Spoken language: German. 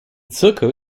zirkel